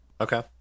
Okay